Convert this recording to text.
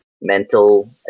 mental